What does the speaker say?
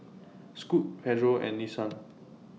Scoot Pedro and Nissan